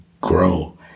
grow